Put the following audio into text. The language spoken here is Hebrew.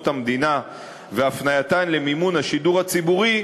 המדינה והפנייתן למימון השידור הציבורי,